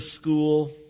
school